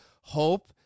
hope